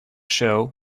show